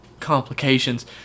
complications